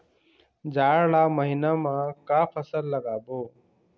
जाड़ ला महीना म का फसल लगाबो?